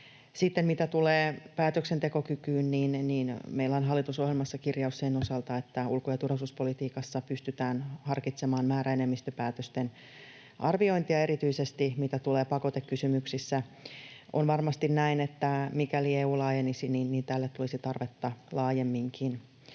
Mitä tulee päätöksentekokykyyn, niin meillä on hallitusohjelmassa kirjaus sen osalta, että ulko- ja turvallisuuspolitiikassa pystytään harkitsemaan määräenemmistöpäätösten arviointia erityisesti, mitä tulee pakotekysymyksiin. On varmasti näin, että mikäli EU laajenisi, tälle tulisi tarvetta laajemminkin.